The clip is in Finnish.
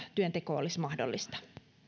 työnteko olisi mahdollista